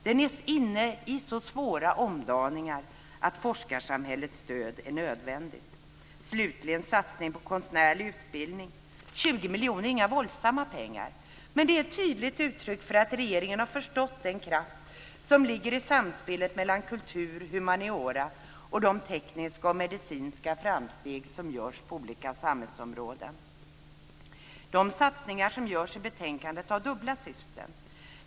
Den är inne i så svåra omdaningar att forskarsamhällets stöd är nödvändigt. Slutligen gäller det satsningen på konstnärlig utbildning. 20 miljoner är inte våldsamt mycket pengar. Men det är ett tydligt uttryck för att regeringen har förstått den kraft som ligger i samspelet mellan kultur, humaniora och de tekniska och medicinska framsteg som görs på olika samhällsområden. De satsningar som görs i betänkandet har dubbla syften.